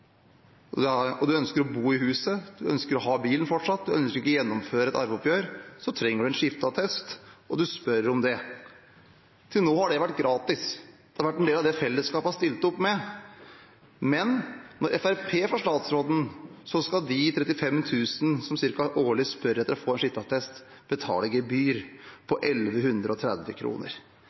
og man ønsker å bo i huset, man fortsatt ønsker å ha bilen og man ikke ønsker å gjennomføre et arveoppgjør, trenger man en skifteattest, og man spør om det. Til nå har det vært gratis, det har vært en del av det fellesskapet har stilt opp med, men når Fremskrittspartiet får statsråden, skal de ca. 35 000 som årlig spør etter å få en skifteattest, betale et gebyr på